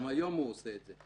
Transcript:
וגם היום הוא עושה את זה.